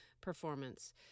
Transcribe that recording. performance